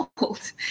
old